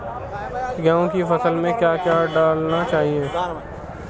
गेहूँ की फसल में क्या क्या डालना चाहिए?